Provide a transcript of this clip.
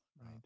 Right